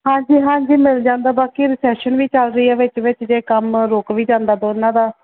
ਹਾਂਜੀ ਹਾਂਜੀ ਮਿਲ ਜਾਂਦਾ ਬਾਕੀ ਰਿਸੈਸ਼ਨ ਵੀ ਚੱਲ ਰਹੀ ਹੈ ਵਿੱਚ ਵਿੱਚ ਜੇ ਕੰਮ ਰੁਕ ਵੀ ਜਾਂਦਾ ਦੋਨਾਂ ਦਾ